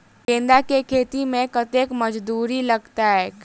गेंदा केँ खेती मे कतेक मजदूरी लगतैक?